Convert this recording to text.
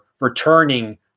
returning